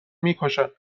میکشن